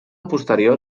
posterior